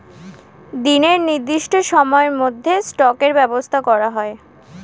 দিনের নির্দিষ্ট সময়ের মধ্যে স্টকের ব্যবসা করা হয়